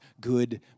good